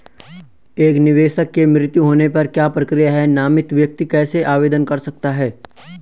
एक निवेशक के मृत्यु होने पर क्या प्रक्रिया है नामित व्यक्ति कैसे आवेदन कर सकता है?